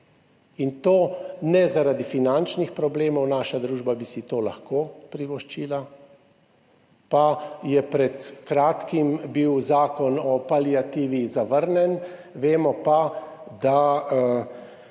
in to ne zaradi finančnih problemov, naša družba bi si to lahko privoščila, pa je pred kratkim bil zakon o paliativi zavrnjen, vemo pa, da